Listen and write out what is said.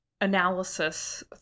analysis